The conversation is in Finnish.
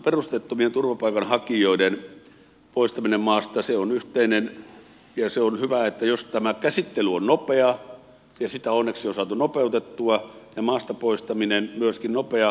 perusteettomien turvapaikanhakijoiden poistaminen maasta on yhteinen asia ja se on hyvä jos tämä käsittely on nopeaa ja sitä onneksi on saatu nopeutettua ja maasta poistaminen myöskin nopeaa